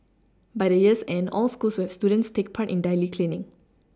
by the year's end all schools will have students take part in daily cleaning